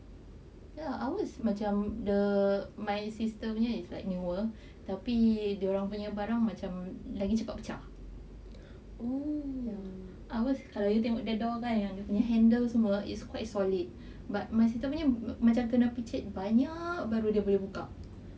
ya ours macam the my sister punya is like newer tapi dorang punya barang macam lagi cepat pecah ours kalau you tengok the door kan yang dia punya handle is quite solid but my sister punya macam kena picit banyak baru dia buka